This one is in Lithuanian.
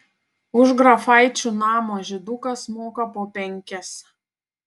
už grafaičių namo žydukas moka po penkis